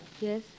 Yes